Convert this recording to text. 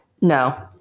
No